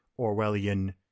Orwellian